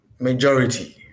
majority